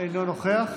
אינו נוכח.